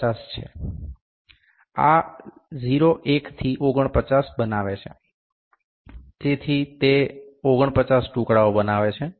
49 છે આ 01 થી 49 બનાવે છે તે 49 ટુકડાઓ બનાવે છે